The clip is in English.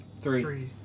Three